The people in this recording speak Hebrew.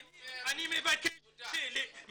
אני מבקש בשם